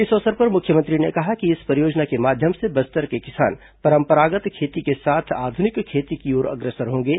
इस अवसर पर मुख्यमंत्री ने कहा कि इस परियोजना के माध्यम से बस्तर के किसान परंपरागत खेती के साथ आधुनिक खेती की ओर अग्रसर होंगे